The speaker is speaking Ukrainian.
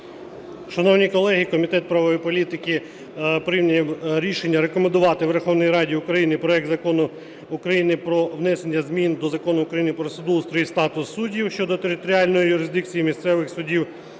Шановні колеги, Комітет правової політики прийняв рішення рекомендувати Верховній Раді України проект Закону України про внесення змін до Закону України "Про судоустрій і статус суддів" щодо територіальної юрисдикції місцевих судів